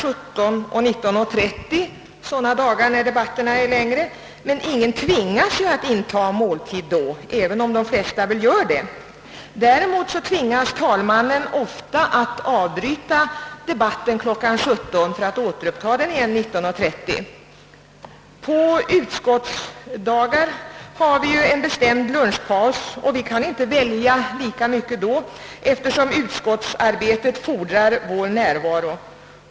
17 och 19.30 sådana dagar då debatterna är långa, men ingen tvingas att inta måltiderna under den tiden, även om de flesta gör det. Däremot tvingas talmannen ofta att avbryta de På utskottsdagar har vi en bestämd lunchpaus, och vi har inte större möjlighet att välja då eftersom utskottsarbetet fordrar vår närvaro.